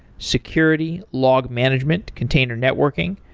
security, log management, container networking,